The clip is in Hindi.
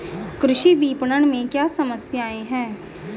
कृषि विपणन में क्या समस्याएँ हैं?